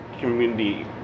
community